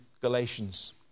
Galatians